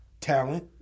Talent